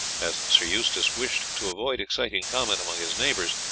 as sir eustace wished to avoid exciting comment among his neighbours,